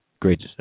Great